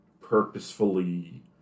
purposefully